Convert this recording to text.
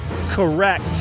correct